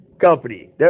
Company